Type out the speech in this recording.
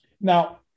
Now